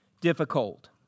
difficult